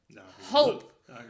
hope